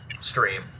stream